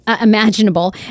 imaginable